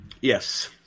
Yes